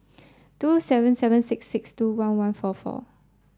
two seven seven six six two one one four four